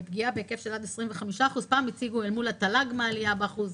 פגיעה בהיקף של עד 25%. פעם הציגו אל מול התל"ג מהעלייה באחוז,